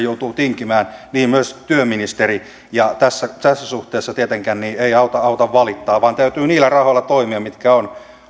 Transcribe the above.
joutuu tinkimään niin myös työministeri ja tässä tässä suhteessa tietenkään ei auta auta valittaa vaan täytyy niillä rahoilla toimia mitkä ovat